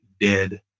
dead